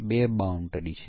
એવું કેમ છે